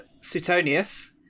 Suetonius